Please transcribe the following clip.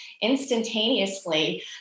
instantaneously